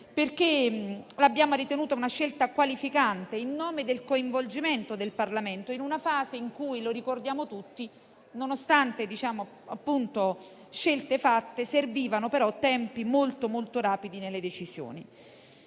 DPCM. L'abbiamo ritenuta una scelta qualificante in nome del coinvolgimento del Parlamento in una fase in cui - come ricordiamo tutti - nonostante scelte fatte, servivano però tempi molto rapidi nelle decisioni.